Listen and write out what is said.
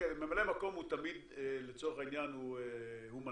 ממלא מקום הוא לצורך העניין מנכ"ל.